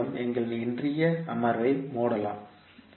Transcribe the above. இதன் மூலம் எங்கள் இன்றைய அமர்வை மூடலாம்